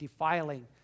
defiling